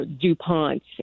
DuPont